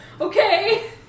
okay